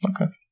Okay